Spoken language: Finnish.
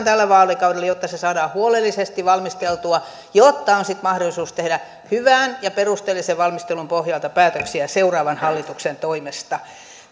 tällä vaalikaudella jotta se saadaan huolellisesti valmisteltua jotta on sitten mahdollisuus tehdä hyvän ja perusteellisen valmistelun pohjalta päätöksiä seuraavan hallituksen toimesta